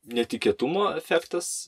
netikėtumo efektas